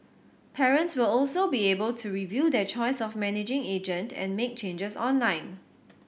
parents will also be able to review their choice of managing agent and make changes online